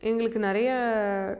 இவங்களுக்கு நிறைய